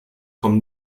kommt